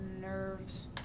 Nerves